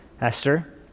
Esther